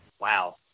Wow